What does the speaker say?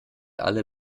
alle